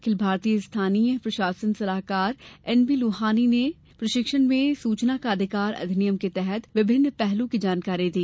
अखिल भारतीय स्थानिक प्रशासन सलाहकार एन बी लोहनी ने प्रशिक्षण में सूचना का अधिकार अधिनियम के विभिन्न पहलू की जानकारी दी